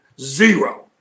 Zero